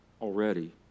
already